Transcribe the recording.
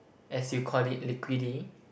as you call it liquidy